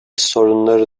sorunları